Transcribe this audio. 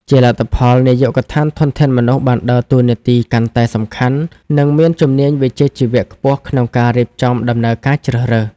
ជាលទ្ធផល នាយកដ្ឋានធនធានមនុស្ស បានដើរតួនាទីកាន់តែសំខាន់ និងមានជំនាញវិជ្ជាជីវៈខ្ពស់ក្នុងការរៀបចំដំណើរការជ្រើសរើស។